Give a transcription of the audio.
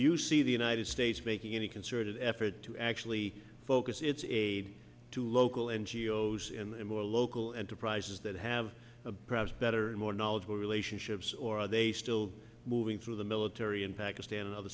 you see the united states making any concerted effort to actually focus its aid to local n g o s and more local enterprises that have perhaps better more knowledgeable relationships or are they still moving through the military in pakistan and other